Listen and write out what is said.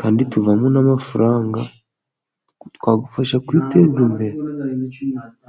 kandi tuvamo n'amafaranga twagufasha kwiteza imbere.